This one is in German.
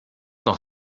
noch